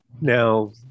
Now